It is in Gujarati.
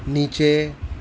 નીચે